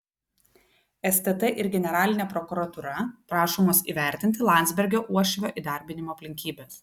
stt ir generalinė prokuratūra prašomos įvertinti landsbergio uošvio įdarbinimo aplinkybes